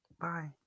Bye